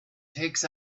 takes